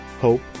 hope